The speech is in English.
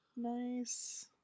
Nice